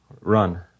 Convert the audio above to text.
run